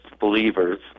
believers